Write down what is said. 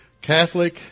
Catholic